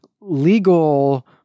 legal